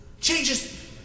changes